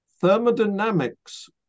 thermodynamics